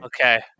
Okay